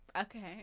okay